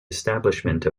establishment